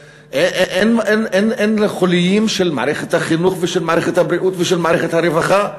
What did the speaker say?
אין חוליים של מערכת החינוך ושל מערכת הבריאות ושל מערכת הרווחה?